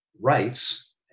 rights